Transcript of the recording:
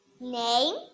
name